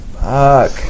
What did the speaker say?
Fuck